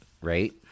right